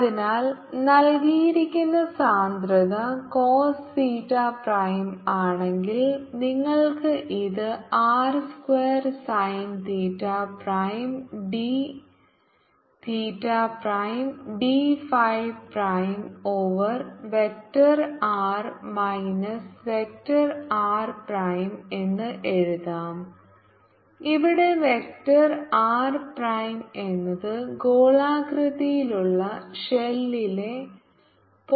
അതിനാൽ നൽകിയിരിക്കുന്ന സാന്ദ്രത കോസ് തീറ്റ പ്രൈം ആണെങ്കിൽ നിങ്ങൾക്ക് ഇത് R square sine theta prime d theta prime d phi prime over vector R minus vector R prime എന്ന് എഴുതാം ഇവിടെ വെക്റ്റർ ആർ പ്രൈം എന്നത് ഗോളാകൃതിയിലുള്ള ഷെല്ലിലെ പോയിന്റിനെ സൂചിപ്പിക്കുന്നു